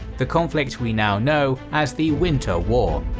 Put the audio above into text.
the conflict we now know as the winter war.